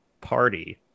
party